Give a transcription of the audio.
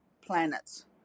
planets